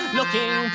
looking